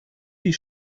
die